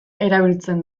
erabiltzen